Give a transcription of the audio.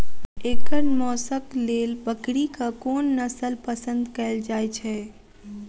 एकर मौशक लेल बकरीक कोन नसल पसंद कैल जाइ छै?